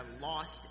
lost